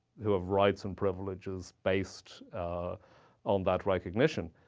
who have rights and privileges based on that recognition.